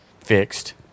fixed